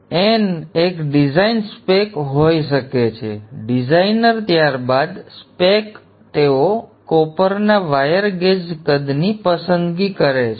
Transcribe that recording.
તેથી n એક design spec હોઈ શકે છે ડિઝાઇનર ત્યારબાદ spec તેઓ કોપરના વાયર ગેજ કદની પસંદગી કરે છે